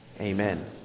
Amen